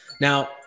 Now